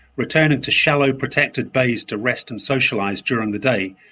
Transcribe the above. returning to shallow, protected bays to rest and socialise during the day,